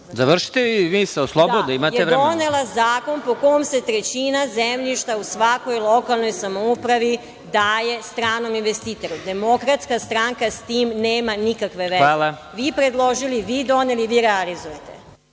Orliću, Vlada Aleksandra Vučića, većina vaša je donela zakon po kom se trećina zemljišta u svakoj lokalnoj samoupravi daje stranom investitoru. Demokratska stranka s tim nema nikakve veze. Vi predložili, vi doneli, vi realizujete.